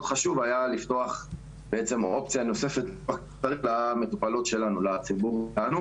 חושב היה לפתוח אופציה נוספת לציבור המטופלות אצלנו.